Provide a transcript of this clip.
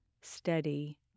steady